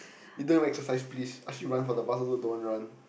you don't even exercise please ask you run for the bus also don't want run